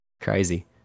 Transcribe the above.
Crazy